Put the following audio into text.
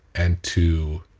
and to